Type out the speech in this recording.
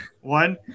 One